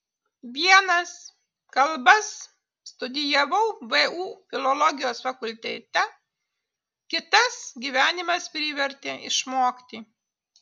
vienas kalbas studijavau vu filologijos fakultete kitas gyvenimas privertė išmokti